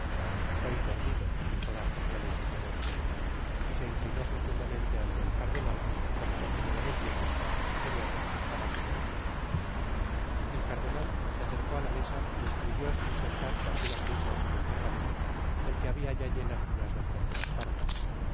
soy perdido dijo d'artagnan en sus adentros y se inclinó profundamente ante el cardenal como si quisiera decir señor hágase tu voluntad el cardenal se acercó á la mesa y escribió sin sentarse algunas lineas en un pergamino del que habia ya llenas unas dos terceras partes